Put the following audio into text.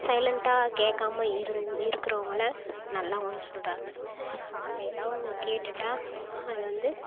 சைலண்டாக கேட்காம இருந்து இருக்கிறவங்கள நல்லவங்கனு சொல்கிறாங்க நம்ம எதாவது ஒன்று கேட்டுட்டால் அது வந்து